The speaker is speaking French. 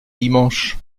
dimanche